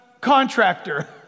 contractor